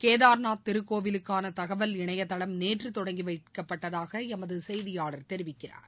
கேதர்நாத் திருக்கோவிலுக்கான தகவல் இணையதளம் நேற்று தொடங்கி வைக்கப்பட்டதாக எமது செய்தியாளர் தெரிவிக்கிறார்